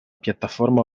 piattaforma